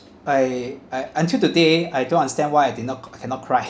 I I until today I don't understand why I did not cannot cry